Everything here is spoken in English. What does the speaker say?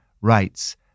writes